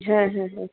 হ্যাঁ হ্যাঁ হ্যাঁ